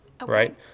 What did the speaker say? Right